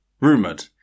Rumoured